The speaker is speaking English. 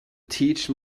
teach